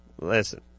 Listen